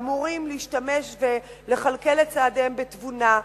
ואמורים להשתמש ולכלכל את צעדיהם בתבונה.